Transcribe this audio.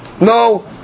No